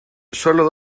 solo